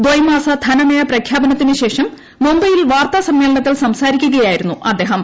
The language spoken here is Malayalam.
ദൈമീസ് ധനനയ പ്രഖ്യാപനത്തിന് ശേഷം മുംബൈയിൽ വാർത്ത്രാസ്മ്മേളനത്തിൽ സംസാരിക്കുകയായിരുന്നു അദ്ദേഹം